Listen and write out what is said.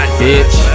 bitch